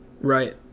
right